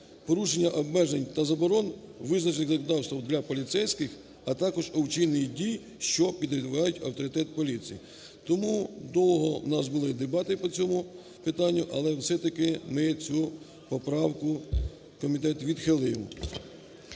порушенні обмежень та заборон, визначених законодавством для поліцейських, а також учиненні дій, що підривають авторитет поліції. Тому довго у нас були дебати по цьому питанню. Але все-таки ми цю поправку, комітет відхилив.